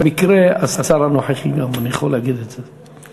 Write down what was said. במקרה, השר הנוכחי גם, אני יכול להגיד את זה.